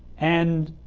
and